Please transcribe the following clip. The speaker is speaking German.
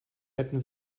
hätten